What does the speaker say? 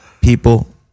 People